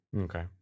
okay